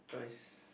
Joyce